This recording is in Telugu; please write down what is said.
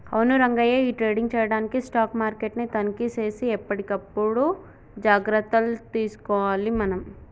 అవును రంగయ్య ఈ ట్రేడింగ్ చేయడానికి స్టాక్ మార్కెట్ ని తనిఖీ సేసి ఎప్పటికప్పుడు జాగ్రత్తలు తీసుకోవాలి మనం